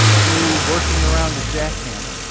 to working around a jackhammer.